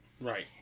Right